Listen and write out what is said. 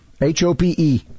H-O-P-E